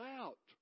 out